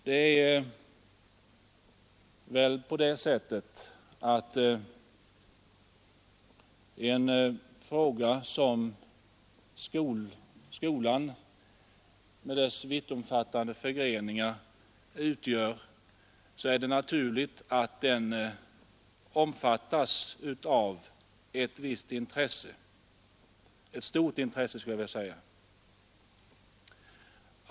Det är också ganska naturligt att skolan, som har så många vittomfattande förgreningar, omfattas med ett stort intresse.